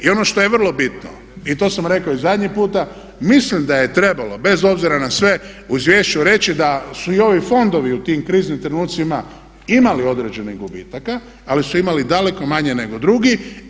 I ono što je vrlo bitno i to sam rekao i zadnji puta mislim da je trebalo bez obzira na sve u izvješću reći da su i ovi fondovi u tim kriznim trenucima imali određenih gubitaka ali su imali daleko manje nego drugi.